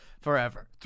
forever